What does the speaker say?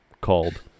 called